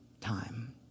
time